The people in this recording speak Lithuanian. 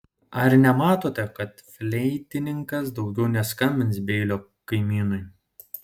ar nemanote kad fleitininkas daugiau neskambins beilio kaimynui